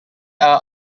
are